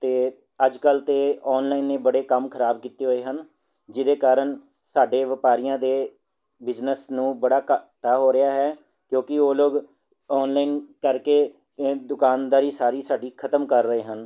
ਅਤੇ ਅੱਜ ਕੱਲ੍ਹ ਤਾਂ ਆਨਲਾਈਨ ਨੇ ਬੜੇ ਕੰਮ ਖ਼ਰਾਬ ਕੀਤੇ ਹੋਏ ਹਨ ਜਿਹਦੇ ਕਾਰਨ ਸਾਡੇ ਵਪਾਰੀਆਂ ਦੇ ਬਿਜਨਸ ਨੂੰ ਬੜਾ ਘਾਟਾ ਹੋ ਰਿਹਾ ਹੈ ਕਿਉਂਕਿ ਉਹ ਲੋਕ ਆਨਲਾਈਨ ਕਰਕੇ ਦੁਕਾਨਦਾਰੀ ਸਾਰੀ ਸਾਡੀ ਖ਼ਤਮ ਕਰ ਰਹੇ ਹਨ